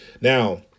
Now